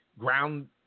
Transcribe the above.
ground